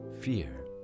Fear